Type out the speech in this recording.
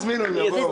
תזמינו, הם יבואו.